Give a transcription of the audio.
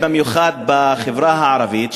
במיוחד בחברה הערבית,